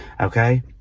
okay